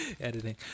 editing